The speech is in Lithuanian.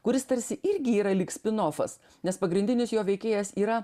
kuris tarsi irgi yra lyg spinofas nes pagrindinis jo veikėjas yra